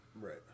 Right